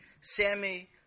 Sammy